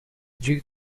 due